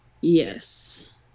Yes